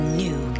new